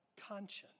conscience